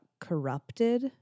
corrupted